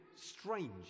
strange